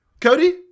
Cody